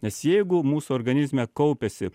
nes jeigu mūsų organizme kaupiasi